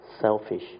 selfish